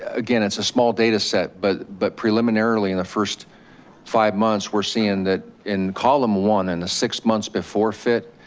again, it's a small data set. but but preliminarily, in the first five months, we're seeing that in column one and the six months before fit,